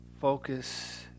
focus